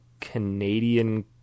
Canadian